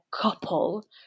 couple